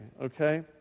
okay